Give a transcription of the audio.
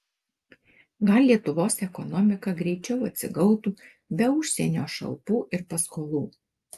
gal lietuvos ekonomika greičiau atsigautų be užsienio šalpų ir paskolų